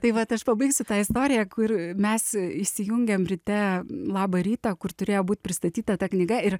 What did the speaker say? tai vat aš pabaigsiu tą istoriją kur mes įsijungiam ryte labą rytą kur turėjo būt pristatyta ta knyga ir